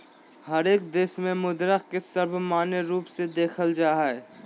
हरेक देश में मुद्रा के सर्वमान्य रूप से देखल जा हइ